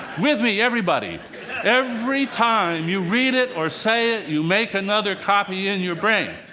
with me, everybody every time you read it or say it, you make another copy in your brain.